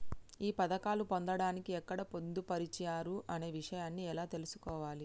ఈ పథకాలు పొందడానికి ఎక్కడ పొందుపరిచారు అనే విషయాన్ని ఎలా తెలుసుకోవాలి?